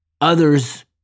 Others